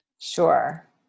Sure